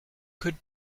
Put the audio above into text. could